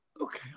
okay